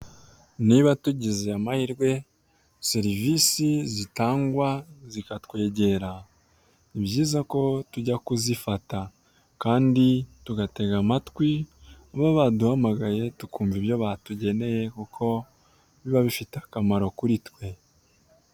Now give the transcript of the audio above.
Niba tugize amahirwe serivisi zitangwa zikatwegera ni byiza ko tujya kuzifata kandi tugatega amatwi baba baduhamagaye tukumva ibyo batugeneye kuko biba bifite akamaro kuri twe.